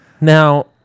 Now